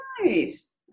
Nice